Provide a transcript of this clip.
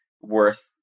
worth